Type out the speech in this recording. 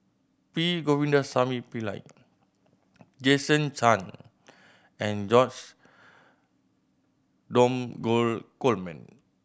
P Govindasamy Pillai Jason Chan and George Dromgold Coleman